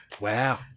wow